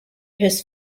his